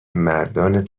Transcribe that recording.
مردان